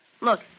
Look